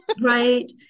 Right